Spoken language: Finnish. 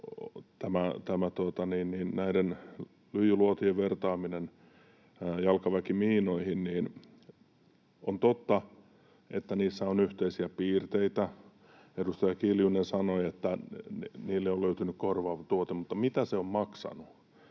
tätä lyijyluotien vertaamista jalkaväkimiinoihin: On totta, että niissä on yhteisiä piirteitä. Edustaja Kiljunen sanoi, että niille on löytynyt korvaava tuote, mutta mitä se on maksanut?